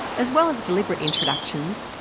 as well as deliberate introductions,